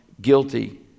guilty